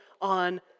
on